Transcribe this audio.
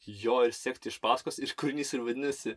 jo ir sekti iš pasakos ir kūrinys ir vadinasi